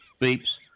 beeps